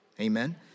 Amen